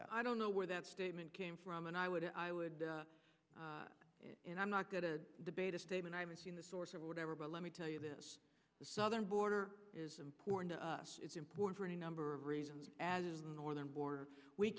that i don't know where that statement came from and i would i would and i'm not going to debate a statement i haven't seen the source or whatever but let me tell you this the southern border is important to us it's important for any number of reasons as is the northern border we